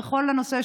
ובכל הנושא,